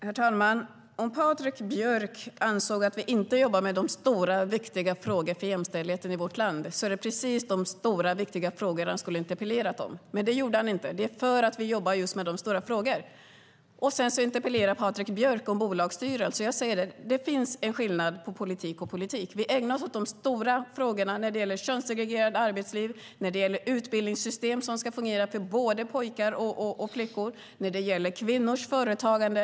Herr talman! Om Patrik Björck anser att vi inte jobbar med de stora och viktiga frågorna för jämställdheten i vårt land är det precis de stora och viktiga frågorna han skulle ha interpellerat om. Det gjorde han dock inte. Vi jobbar med de stora frågorna, och sedan interpellerar Patrik Björck om bolagsstyrelser. Jag säger att det finns en skillnad mellan politik och politik. Vi ägnar oss åt de stora frågorna när det gäller ett könssegregerat arbetsliv, när det gäller ett utbildningssystem som ska fungera för både pojkar och flickor och när det gäller kvinnors företagande.